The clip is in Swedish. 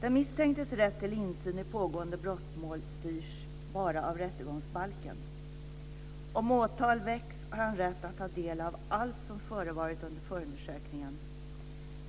Den misstänktes rätt till insyn i pågående brottmål styrs bara av rättegångsbalken. Om åtal väcks har han rätt att ta del av allt som har förevarit under förundersökningen.